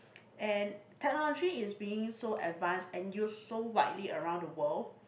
and technology is being so advanced and use so widely around the world